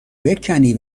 بکنی